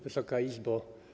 Wysoka Izbo!